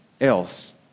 else